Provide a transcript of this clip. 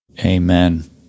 amen